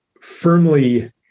firmly